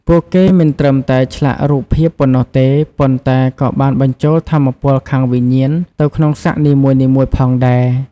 ពួកគេមិនត្រឹមតែឆ្លាក់រូបភាពប៉ុណ្ណោះទេ ប៉ុន្តែក៏បានបញ្ចូលថាមពលខាងវិញ្ញាណទៅក្នុងសាក់នីមួយៗផងដែរ។